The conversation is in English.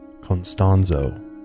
constanzo